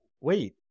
wait